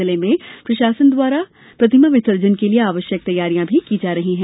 जिले में प्रशासन द्वारा प्रतिमा विसर्जन के लिये आवश्यक तैयारियां की जा रही हैं